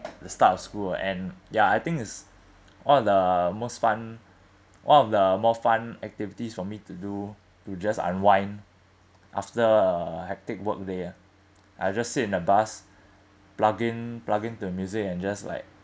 the start of school and ya I think is one of the most fun one of the more fun activities for me to do to just unwind after a hectic work day ah I just sit in the bus plug in plug in to the music and just like